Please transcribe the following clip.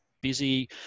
busy